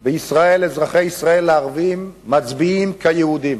בישראל, אזרחי ישראל הערבים מצביעים כיהודים,